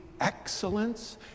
excellence